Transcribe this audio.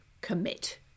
commit